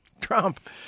Trump